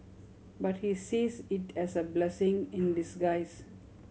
but he sees it as a blessing in disguise